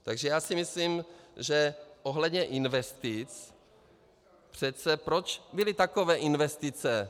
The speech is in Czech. Takže já si myslím, že ohledně investic přece proč byly za vás takové investice?